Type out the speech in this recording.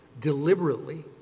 deliberately